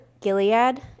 Gilead